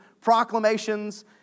proclamations